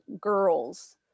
girls